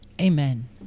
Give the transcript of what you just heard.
amen